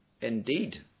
indeed